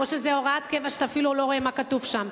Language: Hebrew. או שזאת הוראת קבע שאתה אפילו לא רואה מה כתוב שם.